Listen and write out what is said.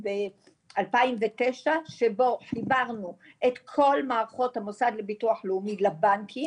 מ-2009 שבו חיברנו את כל מערכות המוסד לביטוח לאומי לבנקים